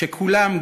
כשכולם,